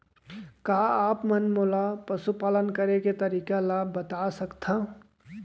का आप मन मोला पशुपालन करे के तरीका ल बता सकथव?